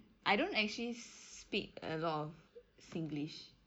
I don't actually speak a lot of singlish